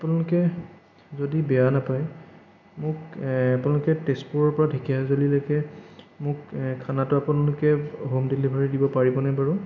আপোনালোকে যদি বেয়া নাপায় মোক এ আপোনালোকে তেজপুৰৰ পৰা ঢেকীয়াজুলিলৈকে মোক খানাটো আপোনালোকে হোম ডেলিভাৰী দিব পাৰিবনে বাৰু